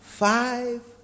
Five